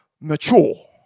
mature